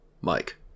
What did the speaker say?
Mike